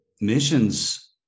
missions